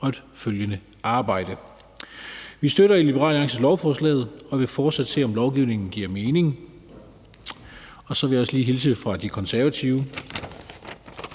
og et følgende arbejde. Vi støtter i Liberal Alliance lovforslaget og vil fortsat se, om lovgivningen giver mening. Så vil jeg også lige hilse fra De Konservative